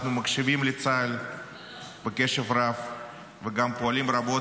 אנחנו מקשיבים לצה"ל בקשב רב וגם פועלים רבות